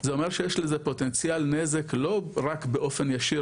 זה אומר שיש לזה פוטנציאל נזק לא רק באופן ישיר,